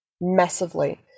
massively